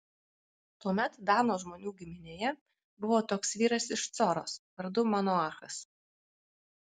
tuomet dano žmonių giminėje buvo toks vyras iš coros vardu manoachas